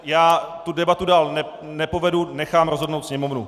Já tu debatu dál nepovedu, nechám rozhodnout Sněmovnu.